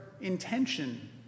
intention